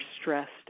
stressed